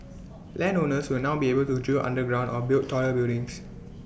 land owners will now be able to drill underground or build taller buildings